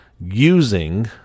using